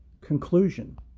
conclusion